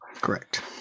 Correct